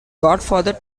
godfather